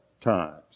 times